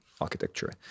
architecture